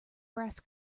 brass